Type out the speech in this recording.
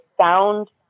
sound